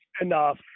enough